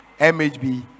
mhb